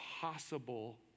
possible